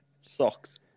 Socks